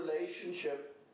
relationship